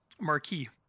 Marquee